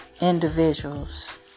individuals